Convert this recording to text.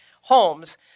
homes